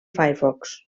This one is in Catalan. firefox